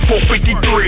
453